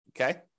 okay